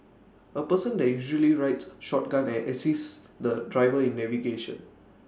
A person that usually rides shotgun and assists the driver in navigation